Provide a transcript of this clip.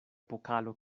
pokalo